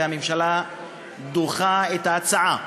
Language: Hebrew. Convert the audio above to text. והממשלה דוחה את ההצעה.